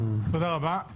תודה רבה.